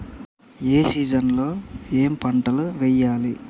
ఏ season లో ఏం పంటలు వెయ్యాలి?